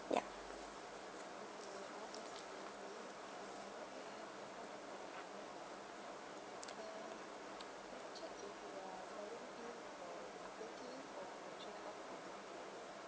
yeah